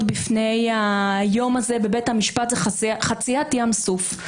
בפני היום הזה בבית המשפט זו חציית ים סוף.